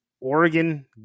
Oregon